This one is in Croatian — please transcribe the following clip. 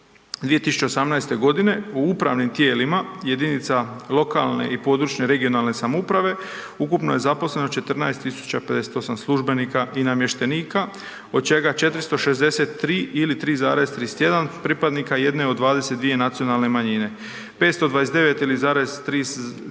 2018. g., u upravnim tijelima jedinica lokalne i područne (regionalne) samouprave, ukupno je zaposleno 14 058 službenika i namještenika, od čega 463 ili 3,31 pripadnika jedne od 22 nacionalne manjine. 529 ili 3,78